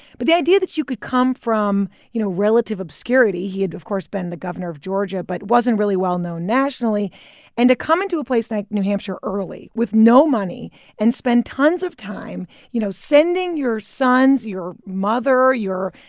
but the idea that you could come from, you know, relative obscurity he had, of course, been the governor of georgia but wasn't really well-known nationally and to come into a place like new hampshire early with no money and spend tons of time, you know, sending your sons, your mother, your,